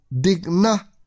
digna